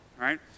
right